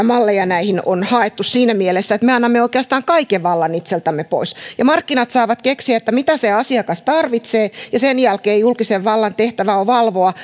malleja näihin on haettu siinä mielessä että me annamme oikeastaan kaiken vallan itseltämme pois markkinat saavat keksiä mitä se asiakas tarvitsee ja sen jälkeen julkisen vallan tehtävä on valvoa